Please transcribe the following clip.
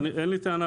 אין לי טענה,